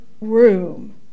room